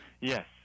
Yes